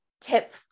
tip